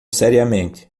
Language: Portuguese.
seriamente